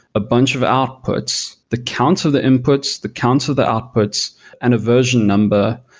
a bunch of outputs, the counter the inputs, the counter the outputs and a version number,